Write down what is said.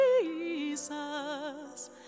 Jesus